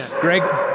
Greg